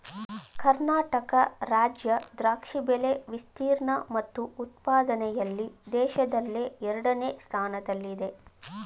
ಕರ್ನಾಟಕ ರಾಜ್ಯ ದ್ರಾಕ್ಷಿ ಬೆಳೆ ವಿಸ್ತೀರ್ಣ ಮತ್ತು ಉತ್ಪಾದನೆಯಲ್ಲಿ ದೇಶದಲ್ಲೇ ಎರಡನೇ ಸ್ಥಾನದಲ್ಲಿದೆ